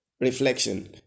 Reflection